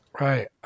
Right